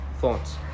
thoughts